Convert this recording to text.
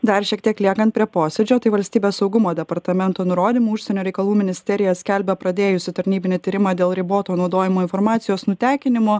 dar šiek tiek liekant prie posėdžio tai valstybės saugumo departamento nurodymu užsienio reikalų ministerija skelbia pradėjusi tarnybinį tyrimą dėl riboto naudojimo informacijos nutekinimo